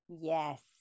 yes